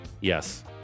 Yes